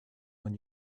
when